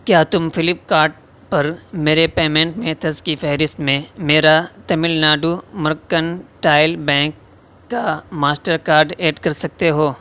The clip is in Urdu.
کیا تم فلپ کارٹ پر میرے پیمینٹ میتھز کی فہرست میں میرا تمل ناڈو مرکنٹائل بینک کا ماسٹر کارڈ ایڈ کر سکتے ہو